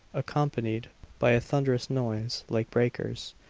accompanied by a thunderous noise, like breakers.